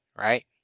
right